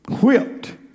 Whipped